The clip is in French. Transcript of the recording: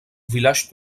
village